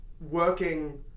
working